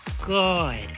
good